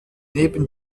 neben